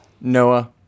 Noah